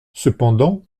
cependant